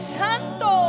santo